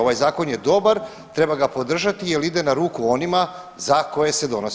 Ovaj zakon je dobar, treba ga podržati jer ide na ruku onima za koje se donosi.